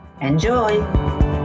Enjoy